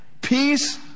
Peace